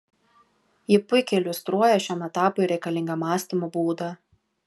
ji puikiai iliustruoja šiam etapui reikalingą mąstymo būdą